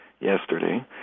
yesterday